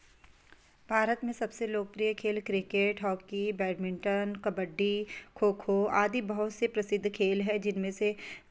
भारत में सबसे लोकप्रिय खेल cricket hockey badminton kabaddi kho kho आदि बहुत से प्रसिद्ध खेल हैं जिनमें से